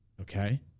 okay